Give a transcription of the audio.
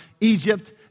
Egypt